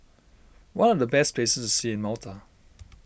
what are the best places to see in Malta